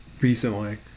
recently